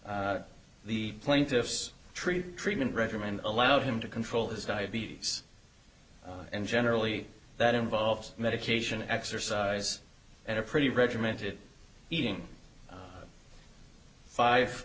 taffy the plaintiff's treat treatment regimen allowed him to control his diabetes and generally that involves medication exercise and a pretty regimented eating five